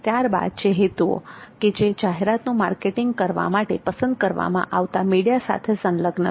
ત્યારબાદ છે હેતુઓ કે જે જાહેરાતનું માર્કેટિંગ કરવા માટે પસંદ કરવામાં આવતા મીડિયા સાથે સંલગ્ન છે